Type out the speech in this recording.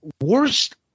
worst